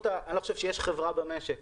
אני לא חושב שיש חברה במשק